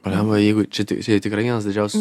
pliamba jeigu čia čia yra tikrai vienas didžiausių